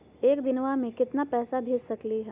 एक दिनवा मे केतना पैसवा भेज सकली हे?